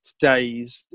days